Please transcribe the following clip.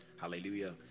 hallelujah